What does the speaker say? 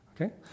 okay